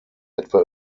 etwa